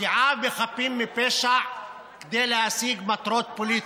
פגיעה בחפים מפשע כדי להשיג מטרות פוליטיות,